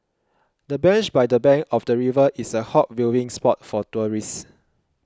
the bench by the bank of the river is a hot viewing spot for tourists